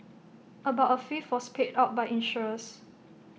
about A fifth was paid out by insurers